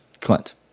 Clint